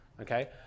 okay